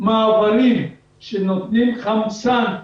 מעברים שנותנים חמצן,